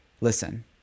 listen